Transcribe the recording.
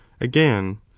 again